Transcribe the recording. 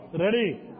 Ready